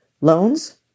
loans